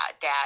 dad